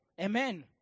Amen